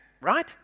right